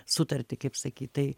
sutartį kaip sakyt tai